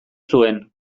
zuen